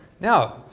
Now